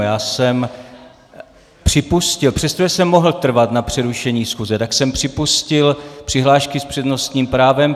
Já jsem připustil, přestože jsem mohl trvat na přerušení schůze, tak jsem připustil přihlášky s přednostním právem.